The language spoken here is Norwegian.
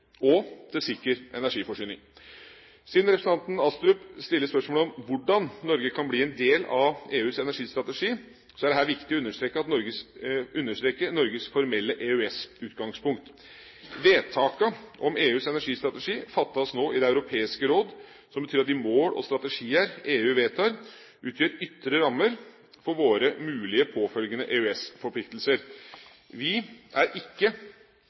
og til sikker energiforsyning. Siden representanten Astrup stiller spørsmålet om hvordan Norge kan bli en del av EUs energistrategi, er det her viktig å understreke Norges formelle EØS-utgangspunkt. Vedtakene om EUs energistrategi fattes nå i Det europeiske råd, som betyr at de mål og strategier EU vedtar, utgjør ytre rammer for våre mulig påfølgende EØS-forpliktelser. Vi er ikke